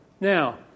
Now